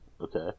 okay